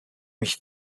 ich